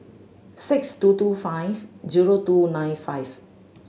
six two two five zero two nine five